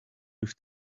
with